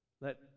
Let